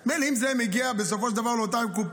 מילא אם זה היה מגיע בסופו של דבר לאותה קופאית,